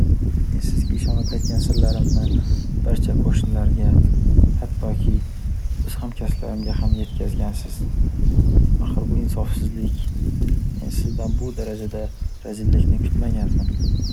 Men sizga ishonib aytgan sizlarimda barcha qo’shnilarga, hattoki o’z hamkasblarimga ham yetkazgansiz. Ahir bu insofsizlik, men sizdan bu darajada razillikni kutmagandim.